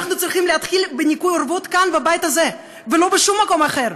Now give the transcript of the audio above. אנחנו צריכים להתחיל בניקוי אורוות כאן בבית הזה ולא בשום מקום אחר.